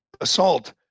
assault